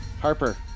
Harper